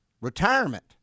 retirement